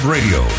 Radio